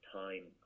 time